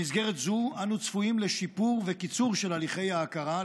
במסגרת זו אנו צפויים לשיפור וקיצור של הליכי ההכרה,